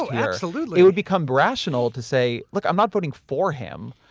so absolutely. it would become rational to say, look, i'm not voting for him.